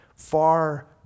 far